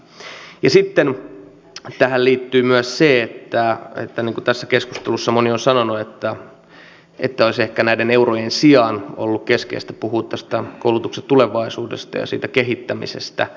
sitten tähän liittyy myös se että niin kuin tässä keskustelussa moni on sanonut olisi ehkä näiden eurojen sijaan ollut keskeistä puhua tästä koulutuksen tulevaisuudesta ja siitä kehittämisestä